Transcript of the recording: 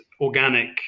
organic